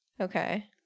Okay